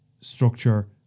structure